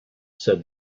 said